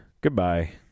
goodbye